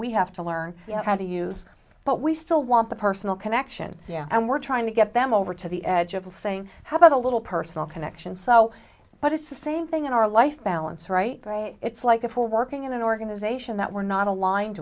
we have to learn how to use but we still want the personal connection yeah and we're trying to get them over to the edge of the saying how about a little personal connection so but it's the same thing in our life balance right it's like a full working in an organization that we're not aligned